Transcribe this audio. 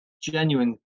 genuine